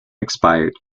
expired